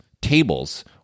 tables